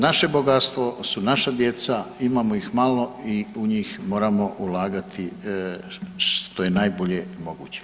Naše bogatstvo su naša djeca, imamo ih malo i u njih moramo ulagati što je najbolje moguće.